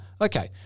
Okay